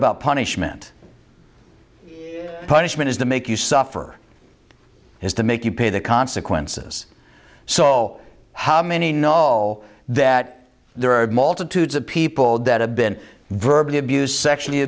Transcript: about punishment punishment is to make you suffer has to make you pay the consequences so how many know all that there are multitudes of people dead have been verbal abuse sexually